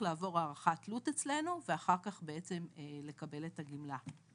לעבור הערכת תלות אצלנו ואחר כך לקבל את הגמלה.